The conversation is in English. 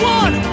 one